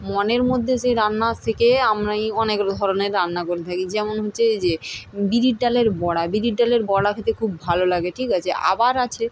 মনের মধ্যে সেই রান্না শিখে আমি অনেক ধরনের রান্না করে থাকি যেমন হচ্ছে এই যে বিউলির ডালের বড়া বিউলির ডালের বড়া খেতে খুব ভালো লাগে ঠিক আছে আবার আছে